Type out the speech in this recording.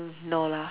no lah